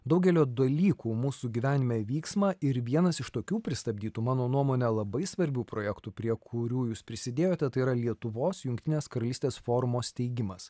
daugelio dalykų mūsų gyvenime vyksmą ir vienas iš tokių pristabdytų mano nuomone labai svarbių projektų prie kurių jūs prisidėjote tai yra lietuvos jungtinės karalystės forumo steigimas